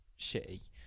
shitty